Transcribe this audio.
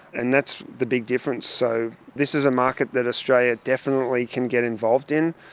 and that's the big difference. so this is a market that australia definitely can get involved in.